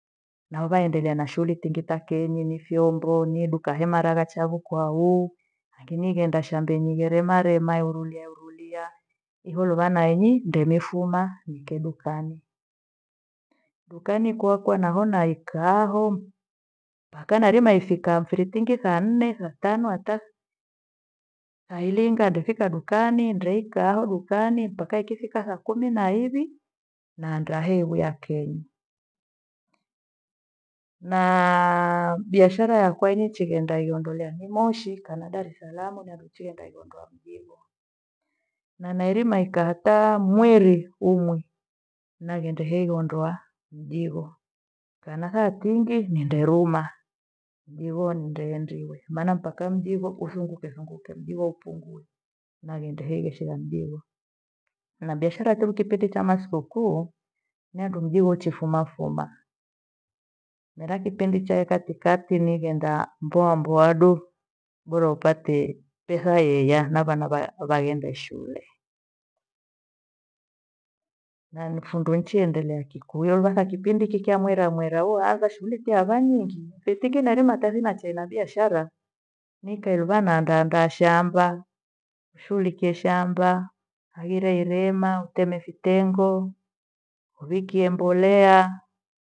Nao vaendelea na shughuli tingi tha kenyi ni vyombo ni duka hemara kachavo kwaho hanginighenda shambeni gherema rema uirulialulia ihunu vana enyi ndemifuma ike dukani. Dukani kakwa naho naikaa haoo mpaka nairima ifika mphiri thingi saa nne saa tano hata, thailinga ndefika dukani ndeikaho dukani mpaka ikifika saa kumi na iwi nandahewia kenyi. Naaa biashara yakwa enyichighenda iyondolea ni moshi kana Darisalamu nandu chighenda igondoa mthigo. Na nairima ikaha hata mweri umwi naghende hegiondoa mthigo. Kana thatingi nenderuma ndivo ndehendiwe maana mpaka mthigoo udhunguke dhunguke mthigo upungue na ghende hengishika mdhigo. Na biashara tuki kipindi chama thikukuu niandu mthigo wechifuma fuma mira kipindi chahe katikati nighenda mboa mboa duadu bora upate pesa yeya na vana va- vaghende shule. Na nifundu nchiendelea kikuyo vathakipindi hiki kya mwera mwera huanza shughuli tia va nyingi vethikinare matathi na chai na biashara nikae luva naandaa andaa shamba nishughulikie shamba hagire irema uteme vitengo uhikie mbolea.